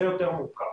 זה יותר מורכב.